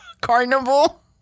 carnival